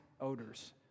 odors